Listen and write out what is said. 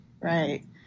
right